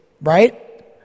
right